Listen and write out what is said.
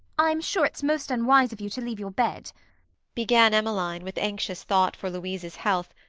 i'm sure it's most unwise of you to leave your bed began emmeline, with anxious thought for louise's health,